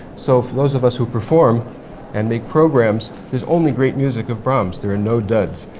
so for those of us who perform and make programs, there's only great music of brahms there are no duds.